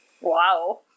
Wow